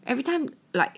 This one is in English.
everytime like